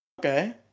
Okay